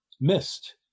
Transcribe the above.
missed